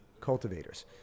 cultivators